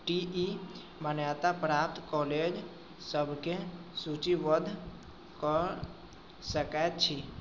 T ई मान्यताप्राप्त कॉलेजसबके सूचिबद्ध कऽ सकै छी